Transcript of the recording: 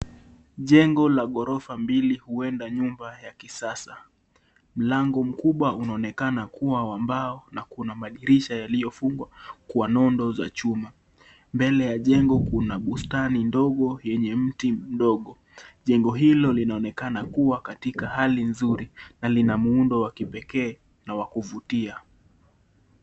Jengo la ghorofa mbili huenda nyumba ya kisasa. Mlango mkubwa unaonekana kuwa wa mbao na kuna madirisha yaliyofungwa kwa nondo za chuma. Mbele ya jengo kuna bustani ndogo yenye mti mdogo. Jengo hilo linaonekana kuwa katika hali nzuri na lina muundo wa kipekee na wakuvutia.